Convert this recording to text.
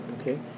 Okay